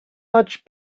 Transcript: much